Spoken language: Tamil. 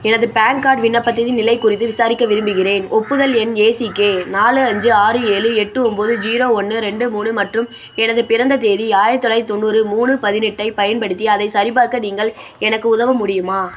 எனது பேன் கார்டு விண்ணப்பத்தின் நிலை குறித்து விசாரிக்க விரும்புகிறேன் ஒப்புதல் எண் ஏ சி கே நாலு அஞ்சு ஆறு ஏழு எட்டு ஒம்போது ஜீரோ ஒன்று ரெண்டு மூணு மற்றும் எனது பிறந்த தேதி ஆயிரத்து தொள்ளாயிரத்தி தொண்ணூறு மூணு பதினெட்டைப் பயன்படுத்தி அதைச் சரிபார்க்க நீங்கள் எனக்கு உதவ முடியுமா